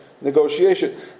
negotiation